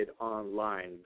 online